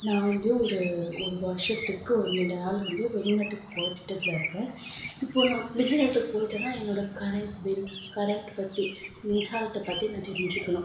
நான் வந்து ஒரு ஒரு வருஷத்துக்கு ஒரு நீண்ட நாள் வந்து வெளிநாட்டுக்கு போகிற திட்டத்தில் இருக்கேன் இப்போது நான் வெளிநாட்டுக்கு போய்விட்டேன்னா என்னோடய கரெண்ட் பில் கரெண்ட் பற்றி மின்சாரத்தை பற்றி நான் தெரிஞ்சுக்கணும்